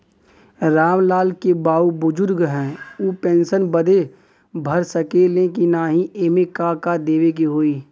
राम लाल के बाऊ बुजुर्ग ह ऊ पेंशन बदे भर सके ले की नाही एमे का का देवे के होई?